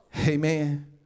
Amen